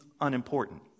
unimportant